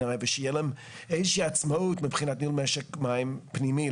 ושיהיה להם איזו שהיא עצמאות מבחינת ניהול משק מים פנימי,